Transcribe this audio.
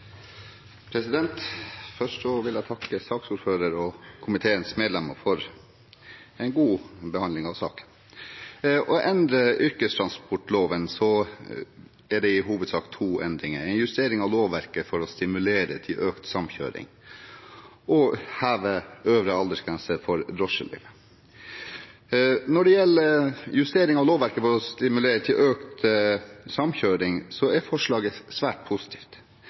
Først vil jeg takke saksordføreren og komiteens medlemmer for en god behandling av saken. Den gjelder i hovedsak to endringer i yrkestransportloven: en justering av lovverket for å stimulere til økt samkjøring og heving av øvre aldersgrense for drosjeløyve. Når det gjelder justering av lovverket for å stimulere til økt samkjøring, er forslaget svært positivt.